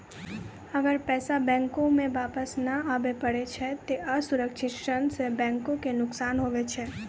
अगर पैसा बैंको मे वापस नै आबे पारै छै ते असुरक्षित ऋण सं बैंको के नुकसान हुवै छै